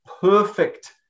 perfect